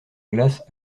glace